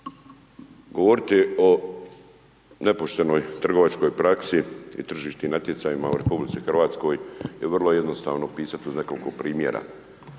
Govoriti o nepoštenoj trgovačkoj praksi i tržišnim natjecanjima u RH je vrlo jednostavno opisat iz nekoliko primjera.